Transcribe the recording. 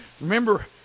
Remember